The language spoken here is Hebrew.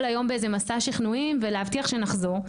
היום במסע שכנועים לכולם כדי להבטיח שנחזור.